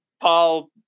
Paul